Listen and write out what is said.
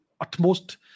utmost